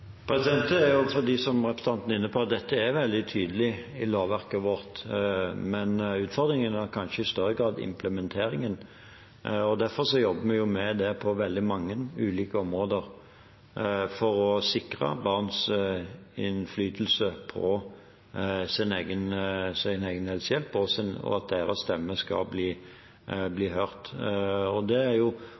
Det er fordi, som representanten er inne på, at dette er veldig tydelig i lovverket vårt. Men utfordringen er kanskje i større grad implementeringen. Derfor jobber vi med den på veldig mange ulike områder for å sikre barns innflytelse på sin egen helsehjelp og at deres stemme skal bli hørt. Det er